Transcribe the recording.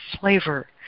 flavor